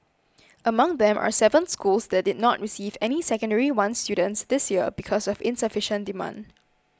among them are seven schools that did not receive any Secondary One students this year because of insufficient demand